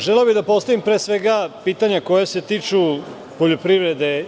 Želeo bih da postavim, pre svega, pitanja koja se tiču poljoprivrede.